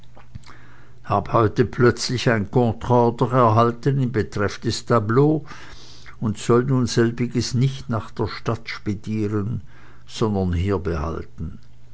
habe heut plötzlich ein contreordre erhalten in betreff des tableau und soll nun selbiges nicht nach der stadt spediren sondern hier